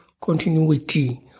continuity